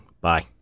Bye